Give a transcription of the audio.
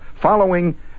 following